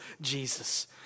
Jesus